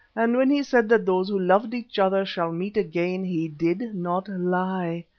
and when he said that those who loved each other shall meet again, he did not lie.